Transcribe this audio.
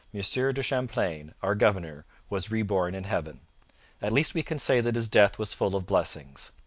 monsieur de champlain, our governor, was reborn in heaven at least we can say that his death was full of blessings.